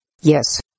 Yes